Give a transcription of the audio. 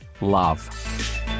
love